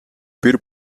бэр